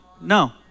No